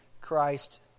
Christ